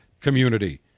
community